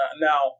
Now